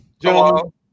Hello